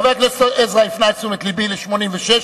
חבר הכנסת עזרא הפנה את תשומת לבי ל-86,